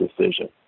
decision